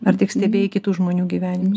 ar tik stebėjai kitų žmonių gyvenimus